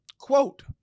Quote